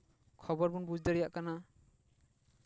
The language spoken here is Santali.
ᱠᱷᱚᱵᱚᱨ ᱵᱚᱱ ᱵᱩᱡᱽ ᱫᱟᱲᱮᱭᱟᱜ ᱠᱟᱱᱟ